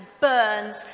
burns